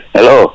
Hello